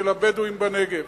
של הבדואים בנגב.